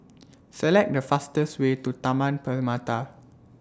Select The fastest Way to Taman Permata